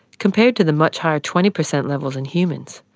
compared to the much higher twenty per cent levels in humans.